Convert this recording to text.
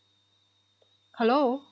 hello